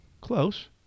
Close